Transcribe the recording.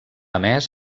emès